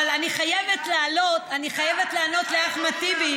אבל אני חייבת לענות לאחמד טיבי,